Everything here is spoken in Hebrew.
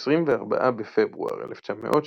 ב־24 בפברואר 1988,